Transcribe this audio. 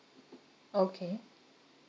okay